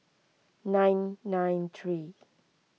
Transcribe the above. nine nine three